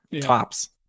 Tops